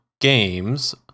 games